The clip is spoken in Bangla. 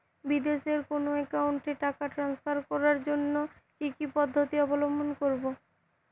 বিদেশের কোনো অ্যাকাউন্টে টাকা ট্রান্সফার করার জন্য কী কী পদ্ধতি অবলম্বন করব?